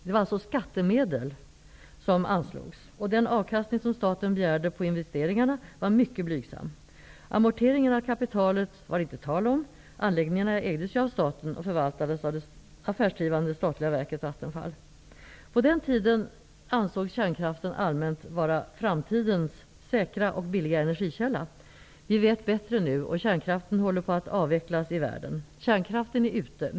Det var alltså skattemedel som anslogs. Den avkastning som staten begärde på investeringarna var mycket blygsam. Amorteringar av kapitalet var det inte tal om. Anläggningarna ägdes ju av staten och förvaltades av det affärsdrivande statliga verket På den tiden ansågs kärnkraften allmänt vara framtidens säkra och billiga energikälla. Vi vet bättre nu. Kärnkraften håller på att avvecklas i världen. Kärnkraften är ute.